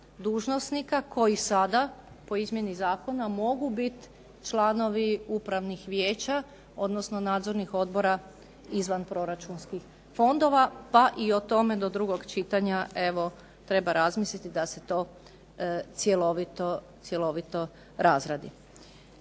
dužnosnika koji sada po izmjeni zakona, mogu biti članovi upravnih vijeća, odnosno nadzornih odbora izvan proračunskih fondova, pa i o tome do drugog čitanja evo treba razmisliti da se to cjelovito razradi.